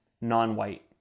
non-white